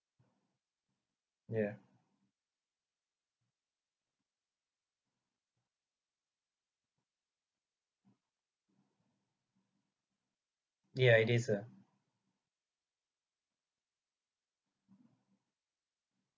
ya ya it is ah